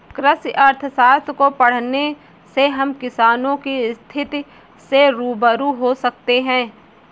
कृषि अर्थशास्त्र को पढ़ने से हम किसानों की स्थिति से रूबरू हो सकते हैं